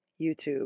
YouTube